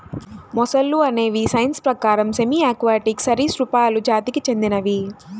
మొసళ్ళు అనేవి సైన్స్ ప్రకారం సెమీ ఆక్వాటిక్ సరీసృపాలు జాతికి చెందినవి